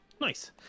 Nice